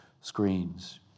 screens